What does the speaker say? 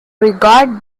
regard